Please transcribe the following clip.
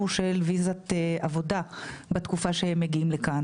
של ויזת עבודה בתקופה שהם מגיעים לכאן.